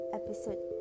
episode